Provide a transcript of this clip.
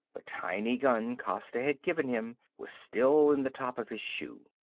the tiny gun costa had given him was still in the top of his shoe.